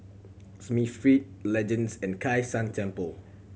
Smith Feed Legends and Kai San Temple